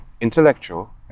intellectual